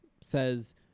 says